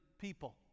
people